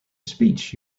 speech